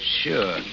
Sure